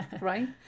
right